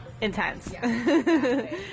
intense